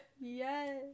Yes